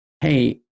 hey